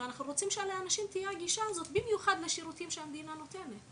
אנחנו רוצים שלאנשים תהיה את הגישה הזו במיוחד לשירותים שהמדינה נותנת,